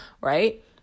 right